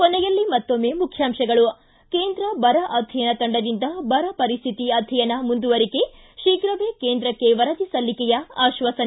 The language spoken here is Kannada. ಕೊನೆಯಲ್ಲಿ ಮತ್ತೊಮ್ಮೆ ಮುಖ್ಯಾಂಶಗಳು ಿ ಕೇಂದ್ರ ಬರ ಅಧ್ಯಯನ ತಂಡದಿಂದ ಬರ ಪರಿಸ್ಥಿತಿ ಅಧ್ಯಯನ ಮುಂದುವರಿಕೆ ಶೀಘವೇ ಕೇಂದ್ರಕ್ಷೆ ವರದಿ ಸಲ್ಲಿಕೆಯ ಆಶ್ವಾಸನೆ